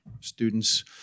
students